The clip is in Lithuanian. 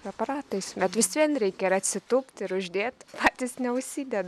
aparatais bet vis vien reikia ir atsitūpt ir uždėt patys neužsideda